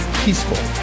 peaceful